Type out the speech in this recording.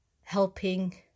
helping